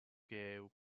gave